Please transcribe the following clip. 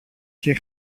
και